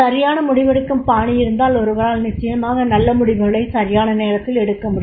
சரியான முடிவெடுக்கும் பாணி இருந்தால் ஒருவரால் நிச்சயமாக நல்ல முடிவுகளைச் சரியான நேரத்தில் எடுக்கமுடியும்